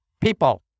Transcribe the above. people